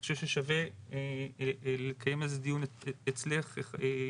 אני חושב ששווה לקיים על זה דיון אצלך יושבת-הראש,